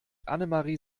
annemarie